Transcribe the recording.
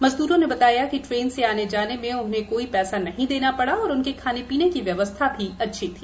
मज़द्रों ने बताया कि ट्रेन से आने जाने में उन्हें कोई पैसा नहीं देना पड़ा और उनके खाने पीने की व्यवस्था भी अच्छी थी